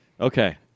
Okay